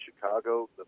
Chicago